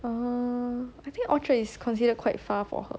err I think orchard is considered quite far for her